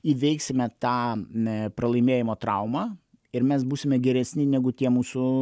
įveiksime tą mm pralaimėjimo traumą ir mes būsime geresni negu tie mūsų